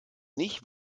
nicht